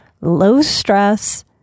low-stress